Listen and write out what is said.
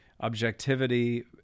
objectivity